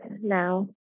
now